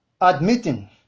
Admitting